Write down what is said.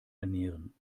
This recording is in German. ernähren